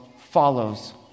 follows